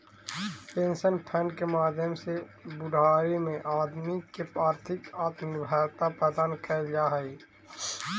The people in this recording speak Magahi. पेंशन फंड के माध्यम से बुढ़ारी में आदमी के आर्थिक आत्मनिर्भरता प्रदान कैल जा हई